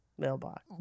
mailbox